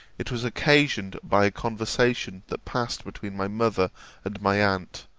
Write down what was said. it was occasioned by a conversation that passed between my mother and my aunt,